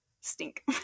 stink